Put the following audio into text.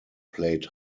played